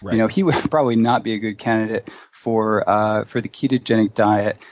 but you know he would probably not be a good candidate for ah for the ketogenic diet.